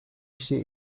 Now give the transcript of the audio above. kişiye